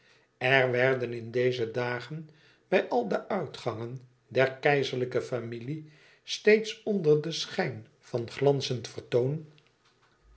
er werden in deze dagen bij al de uitgangen der keizerlijke familie steeds onder den schijn van glanzend vertoon